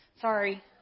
Sorry